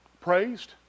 praised